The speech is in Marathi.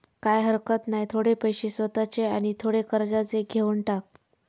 काय हरकत नाय, थोडे पैशे स्वतःचे आणि थोडे कर्जाचे घेवन टाक